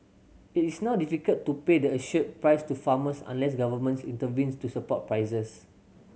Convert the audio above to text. it is not difficult to pay the assured price to farmers unless governments intervenes to support prices